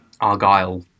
Argyle